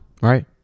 right